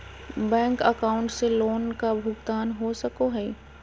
Bank account से loan का भुगतान हो सको हई?